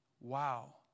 wow